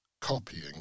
copying